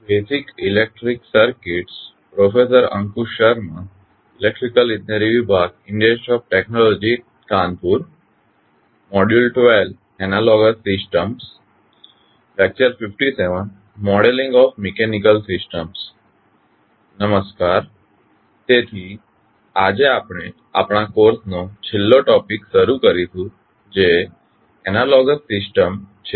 નમસ્કાર તેથી આજે આપણે આપણા કોર્સ નો છેલ્લો ટોપીક શરૂ કરીશું જે એનાલોગસ સિસ્ટમ છે